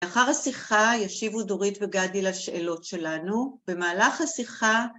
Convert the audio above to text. ‫אחר השיחה ישיבו דורית וגדי ‫לשאלות שלנו. ‫במהלך השיחה...